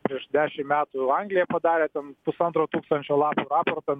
prieš dešim metų anglija padarė tam pusantro tūkstančio lapų raportą